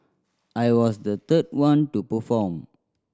I was the third one to perform